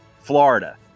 Florida